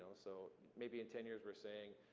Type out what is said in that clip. so maybe in ten years we're saying,